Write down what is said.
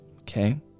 okay